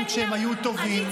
גם כשהם היו טובים.